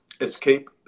escape